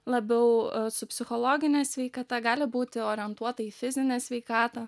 labiau su psichologine sveikata gali būti orientuota į fizinę sveikatą